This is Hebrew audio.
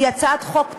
היא הצעת חוק טובה,